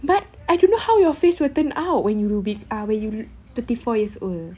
but I don't know how your face will turn out when you will be uh when you thirty four years old